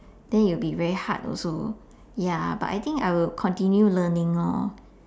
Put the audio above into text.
then it will be very hard also ya but I think I will continue learning lor